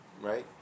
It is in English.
right